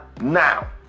now